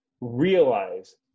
realize